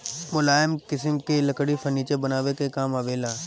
मुलायम किसिम के लकड़ी फर्नीचर बनावे के काम आवेला